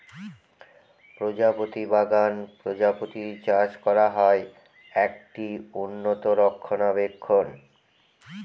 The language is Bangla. প্রজাপতি বাগান প্রজাপতি চাষ করা হয়, একটি উন্নত রক্ষণাবেক্ষণ